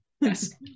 Yes